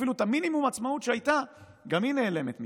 אפילו מינימום העצמאות שהייתה, גם היא נעלמת מכאן.